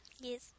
Yes